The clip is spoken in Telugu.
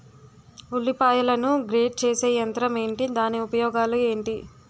ఉల్లిపాయలను గ్రేడ్ చేసే యంత్రం ఏంటి? దాని ఉపయోగాలు ఏంటి?